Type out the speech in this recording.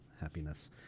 Happiness